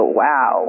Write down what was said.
wow